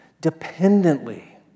dependently